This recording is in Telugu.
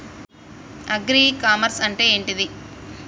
అగ్రి ఇ కామర్స్ అంటే ఏంటిది?